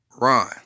Ron